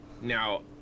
now